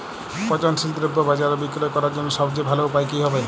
পচনশীল দ্রব্য বাজারে বিক্রয় করার জন্য সবচেয়ে ভালো উপায় কি হবে?